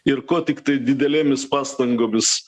ir ko tiktai didelėmis pastangomis